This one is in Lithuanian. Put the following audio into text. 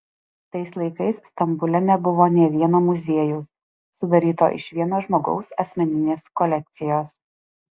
tais laikais stambule nebuvo nė vieno muziejaus sudaryto iš vieno žmogaus asmeninės kolekcijos